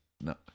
No